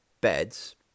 beds